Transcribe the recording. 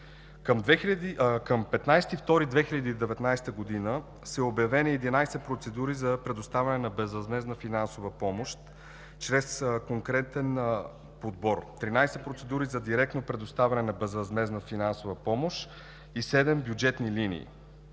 Към 15 февруари 2019 г. са обявени 11 процедури за предоставяне на безвъзмездна финансова помощ чрез конкретен подбор – 13 процедури за директно предоставяне на безвъзмездна финансова помощ и 7 бюджетни линии.